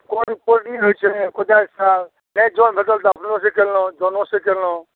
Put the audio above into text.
कोड़नी होइ छै कोदारिसँ नहि जन भेटल तऽ अपनोसँ केलहुँ जनोसँ केलहुँ